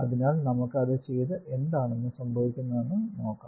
അതിനാൽ നമുക്ക് അത് ചെയ്ത് എന്താണ് സംഭവിക്കുന്നതെന്ന് നോക്കാം